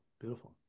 beautiful